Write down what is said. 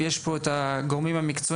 יש פה את הגורמים המקצועיים,